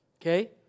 Okay